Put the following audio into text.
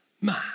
man